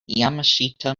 yamashita